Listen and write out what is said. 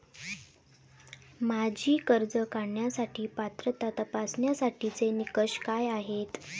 माझी कर्ज काढण्यासाठी पात्रता तपासण्यासाठीचे निकष काय आहेत?